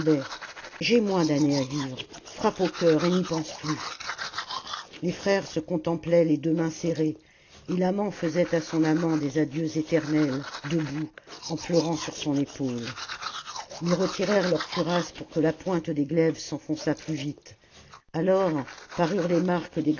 j'ai moins d'années à vivre frappe au cœur et n'y pense plus les frères se contemplaient les deux mains serrées et l'amant faisait à son amant des adieux éternels debout en pleurant sur son épaule ils retirèrent leurs cuirasses pour que la pointe des glaives s'enfonçât plus vite alors parurent les marques